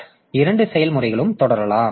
எனவே இரண்டு செயல்முறைகளும் தொடரலாம்